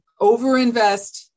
overinvest